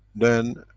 then